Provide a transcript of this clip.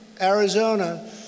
Arizona